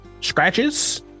scratches